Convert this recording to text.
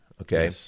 Okay